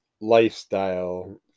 lifestyle